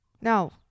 No